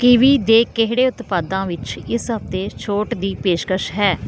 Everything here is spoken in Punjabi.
ਕਿਹੜੇ ਉਤਪਾਦਾਂ ਵਿੱਚ ਇਸ ਹਫ਼ਤੇ ਛੋਟ ਦੀ ਪੇਸ਼ਕਸ਼ ਹੈ